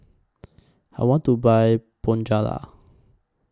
I want to Buy Bonjela